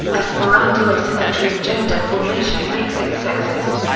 esperanto asymmetry in gender formation makes it sexist.